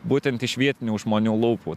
būtent iš vietinių žmonių lūpų